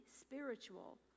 spiritual